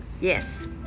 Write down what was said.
Yes